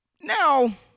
Now